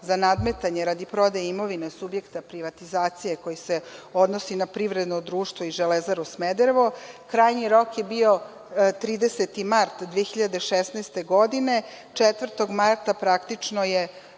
za nadmetanje radi prodaje imovine subjekta privatizacije koji se odnosi na privredno društvo i „Železaru Smederevo“, krajnji rok je bio 30. mart 2016. godine, 4. marta praktično je